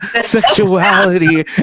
sexuality